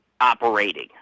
operating